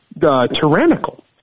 Tyrannical